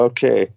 Okay